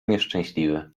nieszczęśliwy